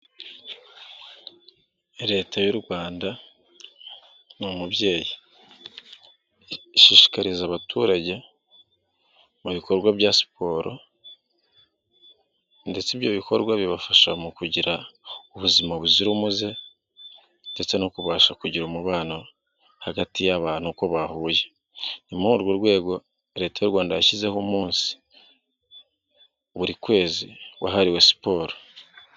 Leta y'u rwanda ni umubyeyi, ishishikariza abaturage mu bikorwa bya siporo ndetse ibyo bikorwa bibafasha mu kugira ubuzima buzira umuze ndetse no kubasha kugira umubano hagati y'abantu uko bahuye, ni muri urwo rwego Leta y'u Rwanda yashyizeho umunsi buri kwezi wahariwe siporo.